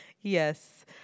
yes